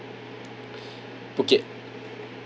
phuket